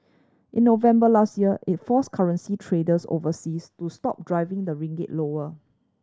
in November last year it forced currency traders overseas to stop driving the ringgit lower